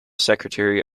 secretary